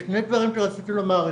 שני דברים שרציתי לומר.